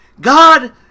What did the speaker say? God